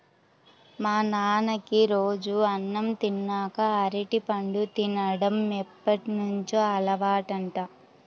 మా నాన్నకి రోజూ అన్నం తిన్నాక అరటిపండు తిన్డం ఎప్పటినుంచో అలవాటంట